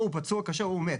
הוא פצוע קשה או מת?